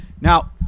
Now